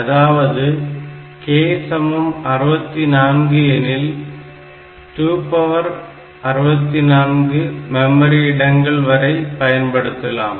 அதாவது k 64 எனில் 264 memory இடங்கள் வரை பயன்படுத்தலாம்